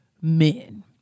men